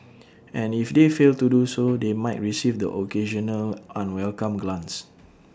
and if they fail to do so they might receive the occasional unwelcome glance